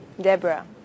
Deborah